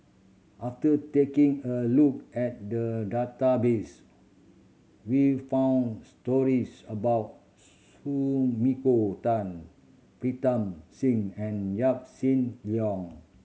after taking a look at the database we found stories about Sumiko Tan Pritam Singh and Yaw Shin Leong